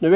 De